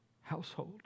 household